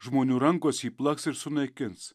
žmonių rankos jį plaks ir sunaikins